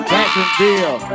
Jacksonville